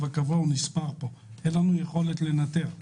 הקבוע נספר פה כמה פעמים אז אין לנו יכולת לנטר.